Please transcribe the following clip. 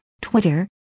Twitter